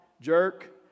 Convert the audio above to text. Jerk